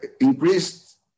increased